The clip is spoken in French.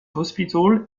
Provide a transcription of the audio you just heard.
hospital